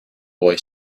boy